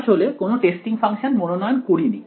আমি আসলে কোন টেস্টিং ফাংশন মনোনয়ন করিনি